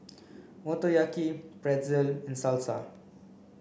Motoyaki Pretzel and Salsa